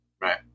right